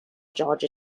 georgia